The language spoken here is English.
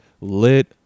lit